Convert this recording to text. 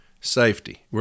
safety